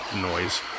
noise